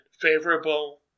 favorable